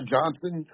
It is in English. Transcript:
Johnson